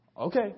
Okay